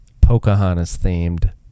Pocahontas-themed